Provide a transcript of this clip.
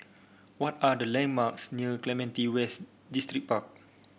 what are the landmarks near Clementi West Distripark